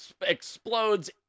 explodes